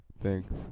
thanks